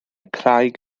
craig